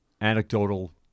anecdotal